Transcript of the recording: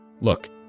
Look